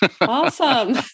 Awesome